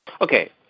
Okay